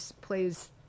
plays